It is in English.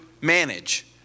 manage